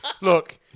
look